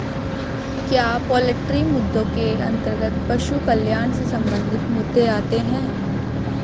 क्या पोल्ट्री मुद्दों के अंतर्गत पशु कल्याण से संबंधित मुद्दे आते हैं?